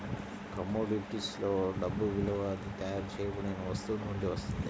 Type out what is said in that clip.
కమోడిటీస్లో డబ్బు విలువ అది తయారు చేయబడిన వస్తువు నుండి వస్తుంది